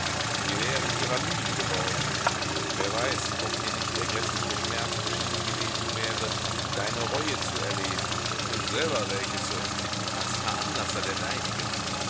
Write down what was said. wir wären ihrer müde geworden und wer weiß ob mir nicht der gräßliche schmerz beschieden gewesen wäre deine reue zu erleben und selber welche zu empfinden als veranlasser der deinigen